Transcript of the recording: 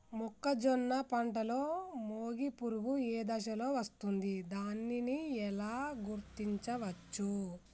మొక్కజొన్న పంటలో మొగి పురుగు ఏ దశలో వస్తుంది? దానిని ఎలా గుర్తించవచ్చు?